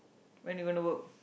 when you're going to work